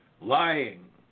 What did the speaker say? Lying